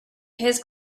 his